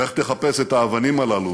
לך תחפש את האבנים הללו